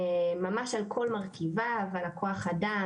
ממש על כל מרכיביו, על כוח האדם.